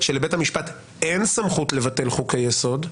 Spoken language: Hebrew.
שלבית המשפט אין סמכות לבטל חוקי-יסוד,